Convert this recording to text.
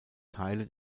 teile